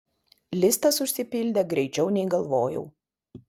listas užsipildė greičiau nei galvojau